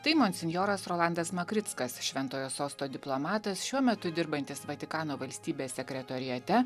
tai monsinjoras rolandas makrickas šventojo sosto diplomatas šiuo metu dirbantis vatikano valstybės sekretoriate